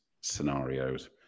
scenarios